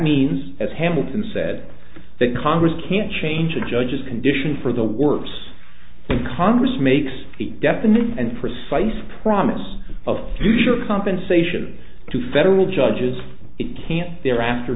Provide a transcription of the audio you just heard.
means as hamilton said that congress can change the judge's condition for the worse when congress makes a deafening and precise promise of future compensation to federal judges it can't thereafter